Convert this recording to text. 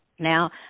Now